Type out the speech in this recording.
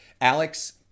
Alex